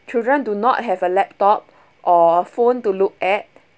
children do not have a laptop or phone to look at